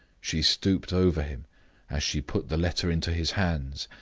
she stooped over him as she put the letter into his hands,